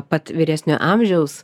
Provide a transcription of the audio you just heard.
pat vyresnio amžiaus